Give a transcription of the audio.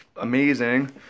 amazing